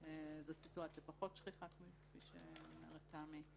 זאת סיטואציה פחות שכיחה, כפי שאומרת תמי.